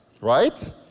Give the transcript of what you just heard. right